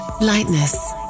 Lightness